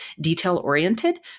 detail-oriented